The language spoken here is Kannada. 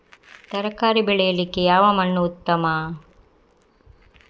ತರಕಾರಿ ಬೆಳೆಯಲಿಕ್ಕೆ ಯಾವ ಮಣ್ಣು ಉತ್ತಮ?